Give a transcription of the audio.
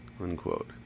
unquote